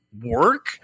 work